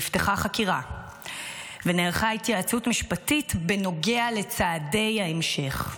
נפתחה חקירה ונערכה התייעצות משפטית בנוגע לצעדי ההמשך.